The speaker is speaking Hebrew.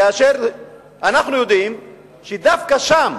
כאשר אנחנו יודעים שדווקא שם